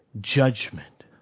judgment